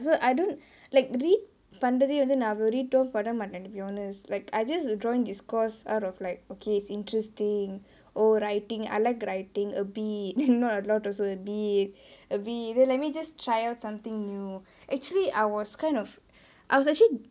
so I don't like read பண்றதே வந்து நா அவலோ:pandrathae vanthu naa avalo read டு பண்ண மாட்டே:du pannae maattae to be honest like I just joined this course out of like okay it's interesting oh writing I like writing a bit not a lot also a bit then let me just try out something new actually I was kind of I was actually